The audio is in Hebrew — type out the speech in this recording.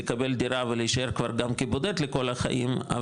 לקבל דירה ולהישאר גם כבודד לכל החיים,